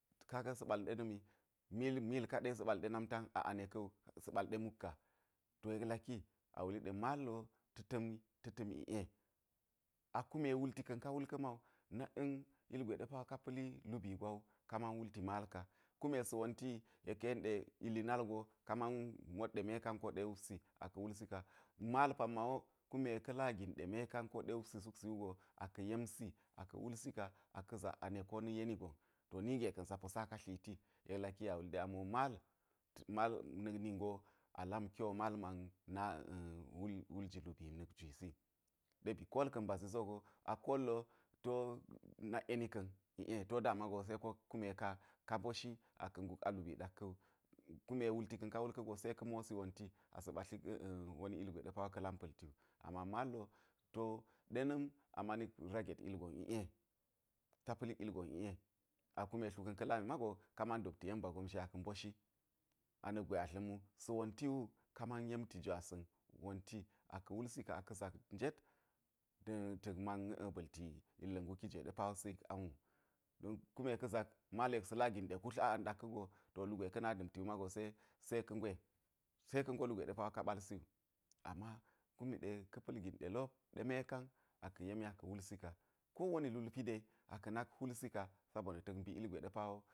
Kaga sa̱ ɓal ɗe na̱mi mil mil kaɗe sa̱ ɓal ɗe namtan a ane ka̱ wu sa̱ ɓal ɗe mukka, to yek laki a wuli ɗe ma wo ta̱ ta̱mi ta̱ ta̱m iˈe a kume wulti ka̱n ka wul ka̱ ma wu nak'en ilgwe ɗe pa wo ka pa̱li lubii gwa wu ka man wulti mal ka, kume sa̱ wonti yi yek ka̱ yeni ɗe ili nal go ka man mot ɗe mekaa ko ɗe wupsi aka̱ wulsi ka, mal pamma wo kume ka̱ la gin ɗe mekan ko ɗe wupsi suksi wugo, aka̱ yemsi aka̱ wulsi ka aka̱ zak ane ko na̱ yeni gon to nige ka̱n sa po saka tliti, yek laki yek a wuli ɗe amo mal mala na̱k ningo a lam kyo mal man na wul ji lubiimi jwisi, ɗe bi kol ka̱n ba zi sogo, a kol wo ti wo nakˈeni ka̱n iˈe ti wo da mago seko ka ka mboshi aka̱ nguk a lubii ɗak ka̱ wu, kume wulti ka̱n ka wul ka̱go se ka̱ mosi wonti asa̱ ɓatlik woni ilgwe ɗe a̱ ka̱ lam pa̱lti wu, ama mal wo ti wo ɗe na̱m a manik aget ilgon iˈe, ta pa̱lik ilgon iˈe a kume ttlu ka̱n ka̱ lami mag ka man dopti yen ba gomzhi a ka̱ mboshi a na̱k gwe a dla̱m wu, sa̱ wonti wu ka man yemti jwasa̱n wonti aka̱ wulsi ka a ka̱ zak njet ta̱k man ba̱lti illa̱ nguki jwe ɗe pa wosa̱ aa yik ang wu, don kume ka̱ zak mal yek sa̱ la gin ɗe kutl a ang ɗak ka̱go to lugwe ka̱ na da̱mti mago se se ka̱ ngwe se ka̱ ngo lugwe ɗe pa wo ka ɓalsi wu, ama kum ɗe ka̱ pa̱l gin ɗe lop ɗe mekan a pa ka̱ yemsi a ka̱ wulsi ka ko woni lulpi de a ka̱ nak hwulsi ka sabona̱ ta̱k mbi llgwe ɗe pa wo.